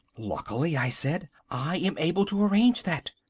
luckily, i said, i am able to arrange that.